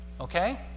Okay